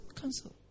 Cancel